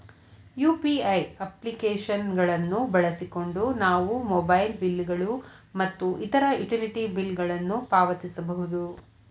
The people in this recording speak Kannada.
ಯು.ಪಿ.ಐ ಅಪ್ಲಿಕೇಶನ್ ಗಳನ್ನು ಬಳಸಿಕೊಂಡು ನಾವು ಮೊಬೈಲ್ ಬಿಲ್ ಗಳು ಮತ್ತು ಇತರ ಯುಟಿಲಿಟಿ ಬಿಲ್ ಗಳನ್ನು ಪಾವತಿಸಬಹುದು